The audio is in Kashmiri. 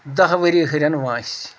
دَہ ؤری ہُریٚن وٲنٛسہِ